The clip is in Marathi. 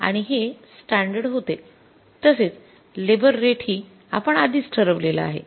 आणि हे स्टॅंडर्ड होते तसेच लेबर रेट हि आपण आधीच ठरवलेला आहे